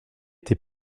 été